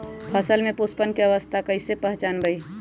फसल में पुष्पन अवस्था कईसे पहचान बई?